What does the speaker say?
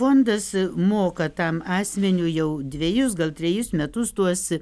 fondas moka tam asmeniui jau dvejus gal trejus metus tuos